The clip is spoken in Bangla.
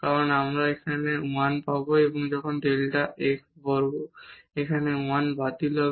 কারণ আমরা এখানে 1 পাব যখন ডেল্টা x বর্গ এখানে 1 বাতিল হবে